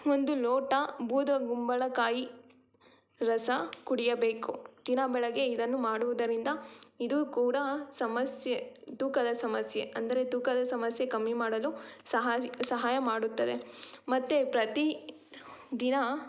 ಒಂದು ಲೋಟ ಬೂದುಗುಂಬಳಕಾಯಿ ರಸ ಕುಡಿಯಬೇಕು ದಿನಾ ಬೆಳಗ್ಗೆ ಇದನ್ನು ಮಾಡುವುದರಿಂದ ಇದೂ ಕೂಡ ಸಮಸ್ಯೆ ತೂಕದ ಸಮಸ್ಯೆ ಅಂದರೆ ತೂಕದ ಸಮಸ್ಯೆ ಕಮ್ಮಿ ಮಾಡಲು ಸಹಾಜಿ ಸಹಾಯ ಮಾಡುತ್ತದೆ ಮತ್ತೆ ಪ್ರತಿ ದಿನ